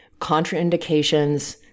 contraindications